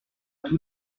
tout